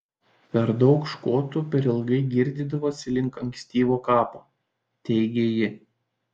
per daug škotų per ilgai girdydavosi link ankstyvo kapo teigė ji